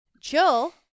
Jill